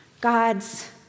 God's